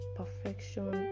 perfection